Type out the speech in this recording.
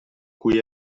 cui